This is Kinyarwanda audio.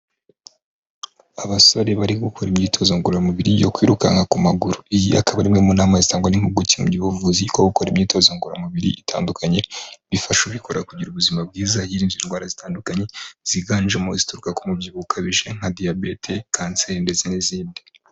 Abasore bari gukora imyitozo ngororamubiri yo kwirukanka ku maguru. Iyi akaba ari imwe mu nama zitangwa n'impuguke mu by'ubuvuzi, ko gukora imyitozo ngororamubiri itandukanye, bifasha ubikora kugira ubuzima bwiza, yirinda indwara zitandukanye, ziganjemo izituruka ku mubyibuho ukabije nka diyabete, kanseri ndetse n'izindi.